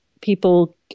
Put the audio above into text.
People